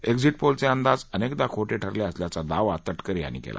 ए झीट पोलचे अंदाज अनेकदा खोटे ठऱले अस याचा दावा तटकरे यांनी केला